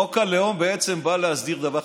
חוק הלאום בא להסדיר דבר אחד.